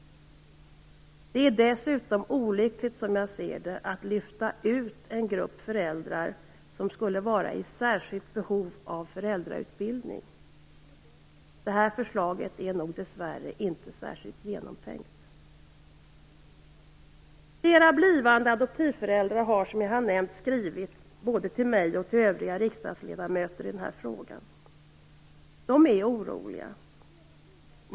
Det är dessutom olyckligt, som jag ser det, att lyfta ut en grupp föräldrar som skulle vara i särskilt behov av föräldrautbildning. Detta förslag är nog dessvärre inte särskilt genomtänkt. Flera blivande adoptivföräldrar har, som jag har nämnt, skrivit både till mig och till övriga riksdagsledamöter i den här frågan. De är oroliga.